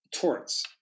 torts